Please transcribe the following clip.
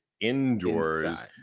indoors